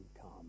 come